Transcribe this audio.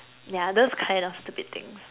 yeah those kind of stupid things